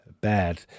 bad